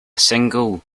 single